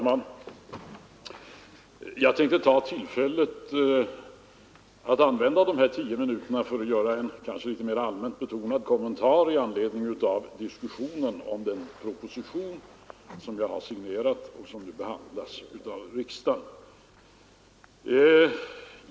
Herr talman! Jag tänkte begagna dessa tio minuter till att ge en mer allmänt betonad kommentar med anledning av diskussionen om den proposition som jag har signerat och som nu behandlas av riksdagen.